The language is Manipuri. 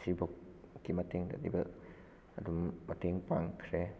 ꯁꯤ ꯐꯥꯎꯀꯤ ꯃꯇꯦꯡ ꯑꯗꯨꯝ ꯃꯇꯦꯡ ꯄꯥꯡꯈ꯭ꯔꯦ